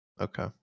Okay